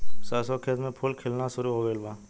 सरसों के खेत में फूल खिलना शुरू हो गइल बा